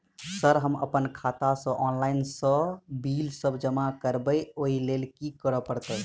Sir हम अप्पन खाता सऽ ऑनलाइन सऽ बिल सब जमा करबैई ओई लैल की करऽ परतै?